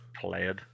played